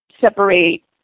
separate